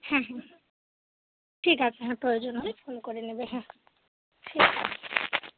হুম হুম ঠিক আছে হ্যাঁ প্রয়োজন হলে ফোন করে নেবে হ্যাঁ ঠিক